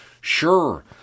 sure